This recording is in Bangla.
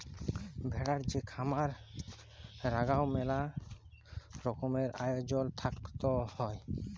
ভেড়ার যে খামার রাখাঙ হউক সেখালে মেলা রকমের আয়জল থাকত হ্যয়